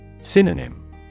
Synonym